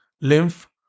lymph